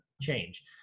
change